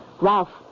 Ralph